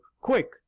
quick